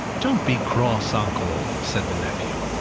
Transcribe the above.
don't be cross, uncle! said the nephew.